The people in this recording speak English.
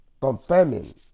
Confirming